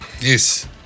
Yes